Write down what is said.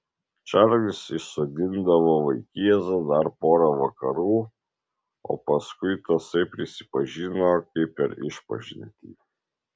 čarlis išsodindavo vaikėzą dar pora vakarų o paskui tasai prisipažino kaip per išpažintį